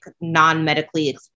non-medically